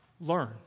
learn